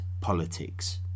politics